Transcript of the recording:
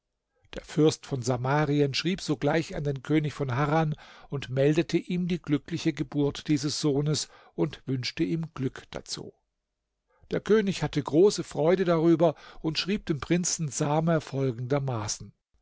der fürst von samarien schrieb sogleich an den könig von harran meldete ihm die glückliche geburt dieses sohnes und wünschte ihm glück dazu der könig hatte große freude darüber und schrieb dem prinzen samer folgendermaßen